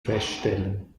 feststellen